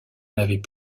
n’avait